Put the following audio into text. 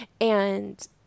and-